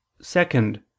second